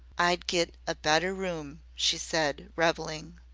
i'd get a better room, she said, revelling.